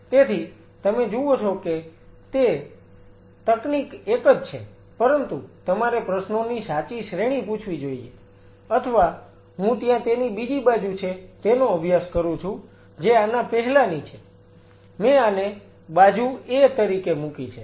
તેથી તમે જુઓ છો કે તકનીક એકજ છે પરંતુ તમારે પ્રશ્નોની સાચી શ્રેણી પૂછવી જોઈએ અથવા હું ત્યાં તેની બીજી બાજુ છે તેનો અભ્યાસ કરું છું જે આના પહેલાની છે મેં આને બાજુ A તરીકે મૂકી છે